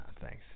thanks